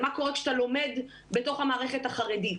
על מה קורה כשאתה לומד בתוך המערכת החרדית.